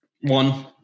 one